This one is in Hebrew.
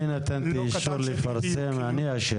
אני אשם, כי אני נתתי אישור לפרסם --- יש